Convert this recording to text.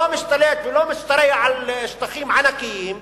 לא משתלט ולא משתרע על שטחים ענקיים,